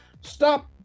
Stop